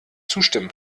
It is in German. zustimmen